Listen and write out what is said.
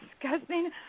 disgusting